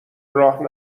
راه